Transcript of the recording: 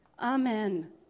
Amen